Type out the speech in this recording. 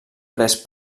pres